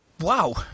Wow